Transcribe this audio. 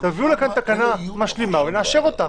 תביאו לכאן תקנה משלימה ונאשר אותה,